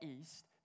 East